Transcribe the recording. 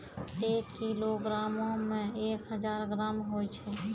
एक किलोग्रामो मे एक हजार ग्राम होय छै